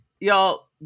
y'all